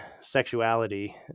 sexuality